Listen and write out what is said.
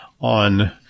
on